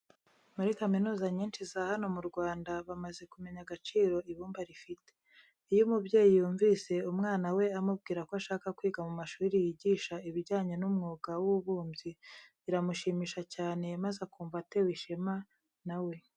Muri kaminuza nyinshi za hano mu Rwanda bamaze kumenya agaciro ibumba rifite. Iyo umubyeyi yumvise umwana we amubwira ko ashaka kwiga mu mashuri yigisha ibijyanye n'umwuga w'ububumbyi biramushimisha cyane maze akumva atewe ishema na we.